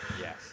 Yes